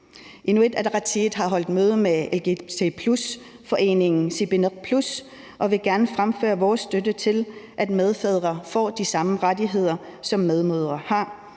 Inuit Ataqatigiit har holdt møde med lgbt+-foreningen Sipineq+ og vil gerne fremføre vores støtte til, at medfædre får de samme rettigheder, som medmødre har.